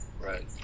Right